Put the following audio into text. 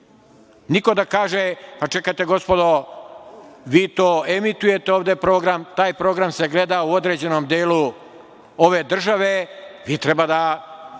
Niko da kaže – pa čekajte, gospodo, vi to emitujete ovde program, taj program se gleda u određenom delu ove države, vi treba da